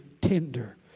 tender